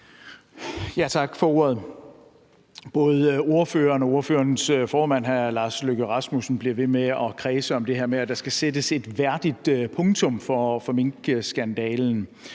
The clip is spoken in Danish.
Tak. Både ordføreren og ordførerens formand, hr. Lars Løkke Rasmussen, bliver ved med at kredse om det her med, at der skal sættes et værdigt punktum for minkskandalen.